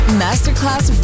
masterclass